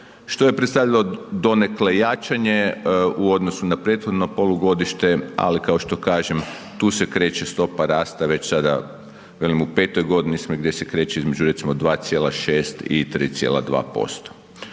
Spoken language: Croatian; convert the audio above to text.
što je predstavljalo donekle jačanje u odnosu na prethodno polugodište, ali kao što kažem tu se kreće stopa rasta već sada velim u 5 godini smo gdje se kreće između recimo 2,6 i 3,2%.